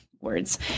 words